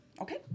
Okay